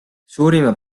suurima